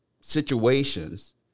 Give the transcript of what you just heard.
situations